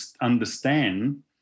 understand